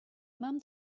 mom